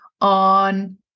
on